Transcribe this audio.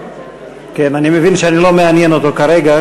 אני מבין שאני לא מעניין אותו כרגע,